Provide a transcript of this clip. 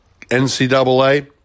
NCAA